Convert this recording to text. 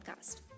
podcast